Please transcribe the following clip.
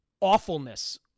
awfulness